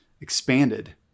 expanded